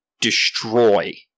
destroy